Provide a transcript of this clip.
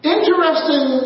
Interesting